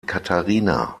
katharina